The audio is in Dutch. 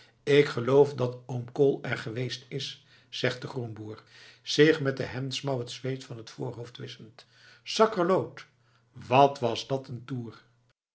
ik geloof dat oom kool er geweest is zegt de groenboer zich met de hemdsmouw het zweet van t voorhoofd wisschend sakkerloot wat was dat een toer